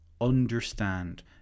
Understand